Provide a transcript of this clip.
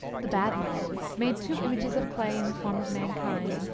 the bad mind made two images of clay in the form of mankind,